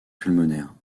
pulmonaire